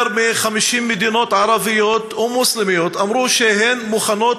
יותר מ-50 מדינות ערביות ומוסלמיות אמרו שהן מוכנות